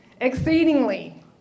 exceedingly